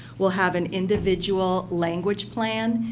will have an individual language plan.